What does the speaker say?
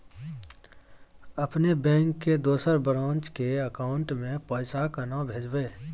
अपने बैंक के दोसर ब्रांच के अकाउंट म पैसा केना भेजबै?